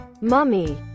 Mummy